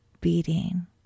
beating